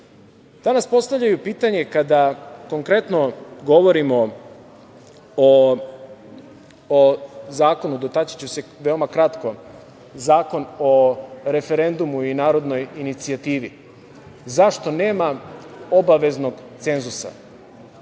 postavljaju pitanje, kada konkretno govorimo, dotaći ću se veoma kratko, o Zakonu o referendumu i narodnoj inicijativi, zašto nema obaveznog cenzusa?